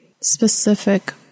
specific